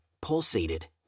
pulsated